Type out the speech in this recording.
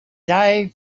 die